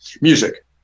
Music